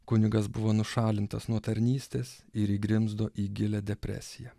kunigas buvo nušalintas nuo tarnystės ir įgrimzdo į gilią depresiją